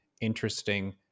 interesting